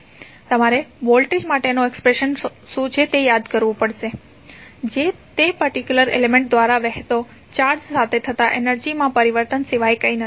તમારે વોલ્ટેજ માટેનુ એક્સપ્રેશન શું છે તે યાદ કરવું પડશે જે તે પર્ટિક્યુલર એલિમેન્ટ દ્વારા વહેતા ચાર્જ સાથે થતા એનર્જીમાં પરિવર્તન સિવાય કંઈ નથી